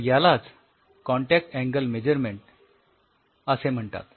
तर यालाच contact angle measurement असे म्हणतात